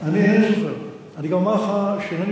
אתה זוכר או אינך זוכר?